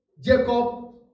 Jacob